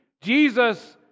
Jesus